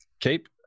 keep